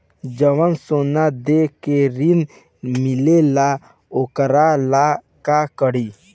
जवन सोना दे के ऋण मिलेला वोकरा ला का करी?